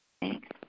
Thanks